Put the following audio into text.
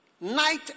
Night